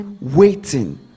waiting